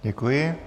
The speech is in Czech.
Děkuji.